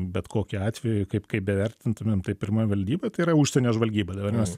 bet kokiu atveju kaip kaip bevertintumėm tai pirma valdyba tai yra užsienio žvalgyba dabar mes